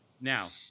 Now